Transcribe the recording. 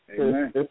Amen